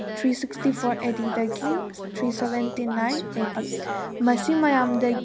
three sixty four A ꯗꯤꯗꯒꯤ three seventy nine A D ꯃꯁꯤ ꯃꯌꯥꯝꯗ